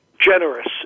generous